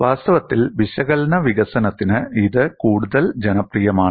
വാസ്തവത്തിൽ വിശകലന വികസനത്തിന് ഇത് കൂടുതൽ ജനപ്രിയമാണ്